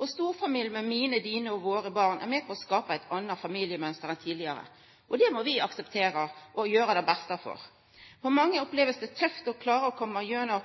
og storfamilie med mine, dine og våre barn er med på å skapa eit anna familiemønster enn tidlegare. Det må vi akseptera og gjera det beste ut av. Mange opplever det som tøft å klara å koma igjennom